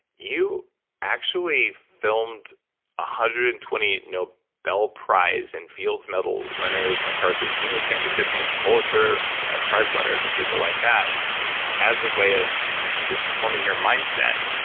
you actually filmed one ah hundred and twenty you know nobel prize and fields medal winners, macarthur genius grant recipients, pulitzer prize winners and people like that as a way of just forming your mindset.